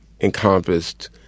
encompassed